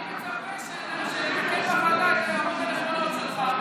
אני מצפה שנקבל בוועדה את ההערות הנכונות שלך.